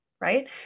right